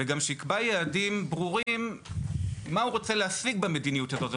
וגם שיקבע יעדים ברורים מה הוא רוצה להשיג במדיניות הזאת.